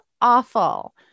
awful